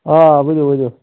آ ؤنِو ؤنِو